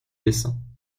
dessin